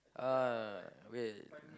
uh wait